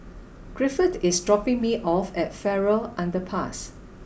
Griffith is dropping me off at Farrer Underpass